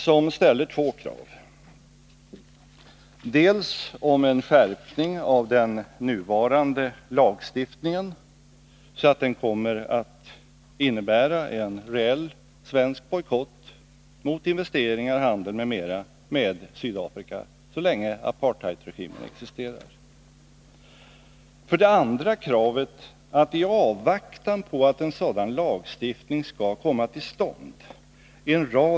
Där ställs två krav, nämligen för det första att en skärpning genomförs av den nuvarande lagstiftningen, så att den kommer att innebära en reell svensk bojkott mot investeringar, handel m.m. med Sydafrika så länge apartheidregimen existerar och, för det andra, att en rad konkreta åtgärder vidtas i avvaktan på att en sådan lagstiftning kommer till stånd.